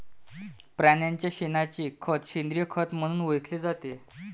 प्राण्यांच्या शेणाचे खत सेंद्रिय खत म्हणून ओळखले जाते